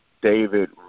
David